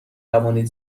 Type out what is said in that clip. توانید